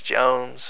Jones